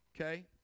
Okay